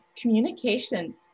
Communication